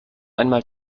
einmal